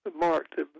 marked